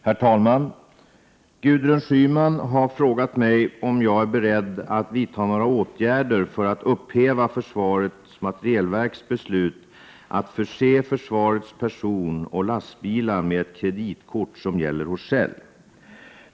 Herr talman! Gudrun Schyman har frågat mig om jag är beredd att vidta några åtgärder för att upphäva försvarets materielverks beslut att förse försvarets personoch lastbilar med ett kreditkort som gäller hos Shell.